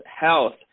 health